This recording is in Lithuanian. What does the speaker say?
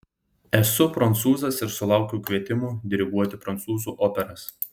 esu prancūzas ir sulaukiu kvietimų diriguoti prancūzų operas